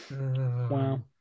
Wow